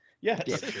yes